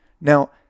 Now